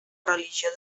religió